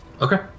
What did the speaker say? Okay